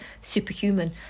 superhuman